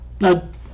No